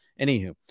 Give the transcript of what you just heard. anywho